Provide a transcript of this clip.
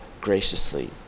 graciously